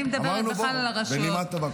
אמרנו בנימה טובה.